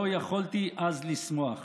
לא יכולתי אז לשמוח.